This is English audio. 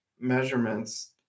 measurements